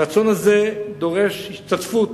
הרצון הזה דורש השתתפות